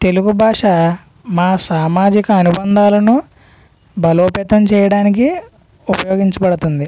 తెలుగు భాష మా సామాజిక అనుబంధాలను బలోపేతం చేయడానికి ఉపయోగించబడుతుంది